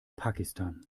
pakistan